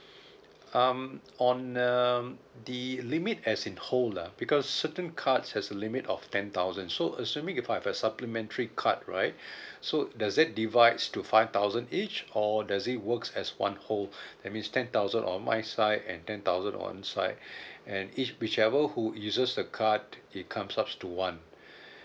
um on um the limit as in whole lah because certain cards has a limit of ten thousand so assuming if I've a supplementary card right so does it divides to five thousand each or does it works as one whole that means ten thousand on my side and ten thousand one side and each whichever who uses the card it comes up to one